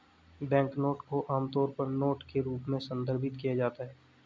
banknote को आमतौर पर नोट के रूप में संदर्भित किया जाता है